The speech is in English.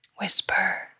Whisper